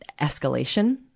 escalation